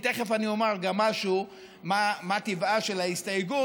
כי תכף אני גם אומר משהו על מה טבעה של ההסתייגות,